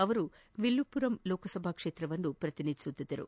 ಅವರು ವಿಲ್ಲುಪುರಂ ಲೋಕಸಭಾ ಕ್ಷೇತ್ರವನ್ನು ಪ್ರತಿನಿಧಿಸುತ್ತಿದ್ದರು